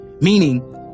meaning